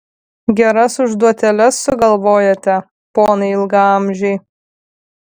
geras užduotėles sugalvojate ponai ilgaamžiai